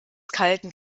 kalten